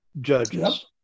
judges